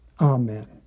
Amen